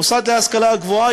מוסד להשכלה גבוהה,